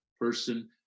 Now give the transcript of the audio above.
person